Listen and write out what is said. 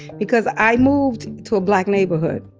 because i moved to a black neighborhood,